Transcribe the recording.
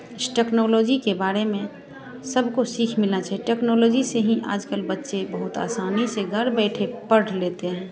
इस टेक्नोलॉजी के बारे में सबको सीख मिलना चाहिए टेक्नोलॉजी से ही आज कल बच्चे बहुत आसानी से घर बैठे पढ़ लेते हैं